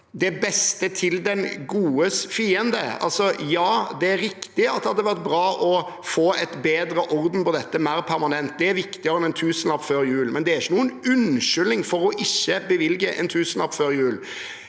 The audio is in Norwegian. det beste til den godes fiende. Ja, det er riktig at det hadde vært bra å få bedre orden på dette mer permanent, det er viktigere enn en tusenlapp før jul, men det er ikke noen unnskyldning for ikke å bevilge en tusenlapp før jul.